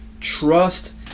Trust